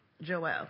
Joel